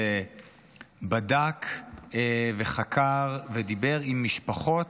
שבדק וחקר ודיבר עם משפחות,